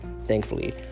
thankfully